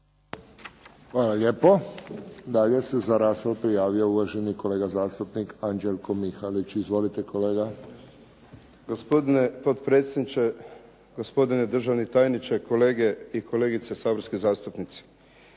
Hvala lijepo. Dalje se za raspravu prijavio uvaženi kolega zastupnik Anđelko Mihalić. Izvolite kolega. **Mihalić, Anđelko (HDZ)** Gospodine potpredsjedniče, gospodine državni tajniče, kolege i kolegice saborski zastupnici.